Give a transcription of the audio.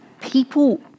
people